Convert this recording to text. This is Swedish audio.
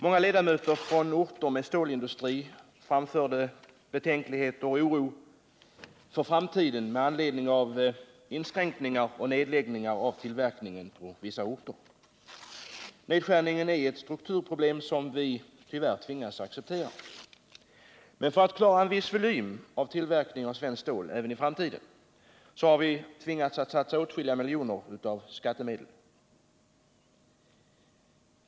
Många ledamöter från orter med stålindustri framförde betänkligheter och oro för framtiden med anledning av inskränkningar och nedläggningar av tillverkningen på vissa orter. Nedskärningen är ett strukturproblem som vi tyvärr tvingas acceptera. Men för att klara en viss volym av tillverkning av svenskt stål även i framtiden har vi tvingats att satsa åtskilliga miljoner av skattemedel.